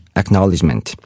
acknowledgement